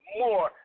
more